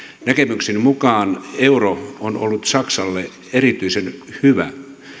näkemykseni mukaan euro on ollut saksalle erityisen hyvä